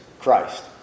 Christ